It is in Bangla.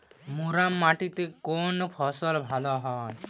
মুরাম মাটিতে কোন ফসল ভালো হয়?